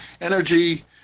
Energy